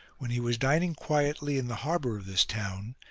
when he was dining quietly in the harbour of this town,